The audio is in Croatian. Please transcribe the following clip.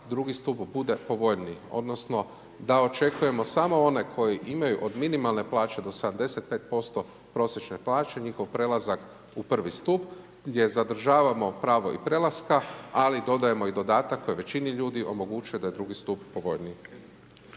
drugi stup bude povoljniji. Odnosno, da očekujemo samo one koji imaju od minimalne plaće do 75% prosječene plaće, njihov prelazak u 1 stup gdje zadržavamo i pravo prelaska, ali dodajemo i dodatak, koji većini ljudi omogućuje da je drugi stup povoljniji.